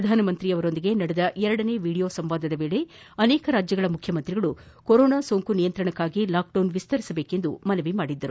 ಪ್ರಧಾನಮಂತ್ರಿಯವರೊಂದಿಗೆ ನಡೆದ ಎರಡನೇ ವಿಡಿಯೋ ಸಂವಾದದ ವೇಳೆ ಅನೇಕ ರಾಜ್ವಗಳ ಮುಖ್ಯಮಂತ್ರಿಗಳು ಕೊರೋನಾ ಸೋಂಕು ನಿಯಂತ್ರಣಕ್ಕಾಗಿ ಲಾಕ್ಸೆನ್ ವಿದ್ದರಿಸಬೇಕೆಂದು ಮನವಿ ಮಾಡಿದ್ದರು